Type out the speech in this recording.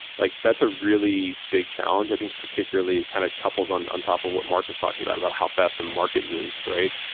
like that's a really big challenge. i think, particularly, it kind of couples on on top of what marc was talking about about how fast the market moves, right?